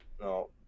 No